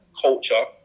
culture